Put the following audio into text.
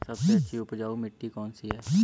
सबसे अच्छी उपजाऊ मिट्टी कौन सी है?